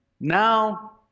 now